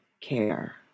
care